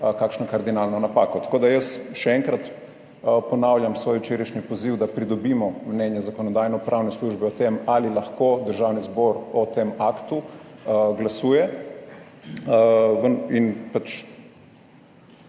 kakšno kardinalno napako. Tako da jaz še enkrat ponavljam svoj včerajšnji poziv, da pridobimo mnenje Zakonodajno-pravne službe o tem, ali lahko Državni zbor o tem aktu glasuje, da